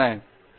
பேராசிரியர் எஸ்